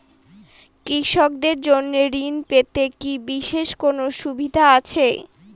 কৃষকদের জন্য ঋণ পেতে কি বিশেষ কোনো সুবিধা আছে?